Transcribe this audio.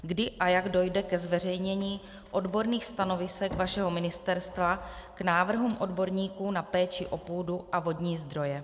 Kdy a jak dojde ke zveřejnění odborných stanovisek vašeho ministerstva k návrhům odborníků na péči o půdu a vodní zdroje?